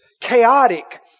chaotic